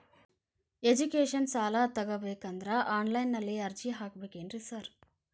Education ಸಾಲ ತಗಬೇಕಂದ್ರೆ online ನಲ್ಲಿ ಅರ್ಜಿ ಹಾಕ್ಬೇಕೇನ್ರಿ ಸಾರ್?